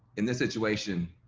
in this situation,